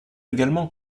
également